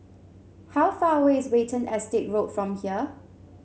how far away is Watten Estate Road from here